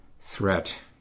threat